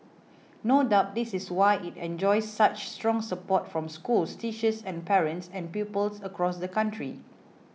no doubt this is why it enjoys such strong support from schools teachers and parents and pupils across the country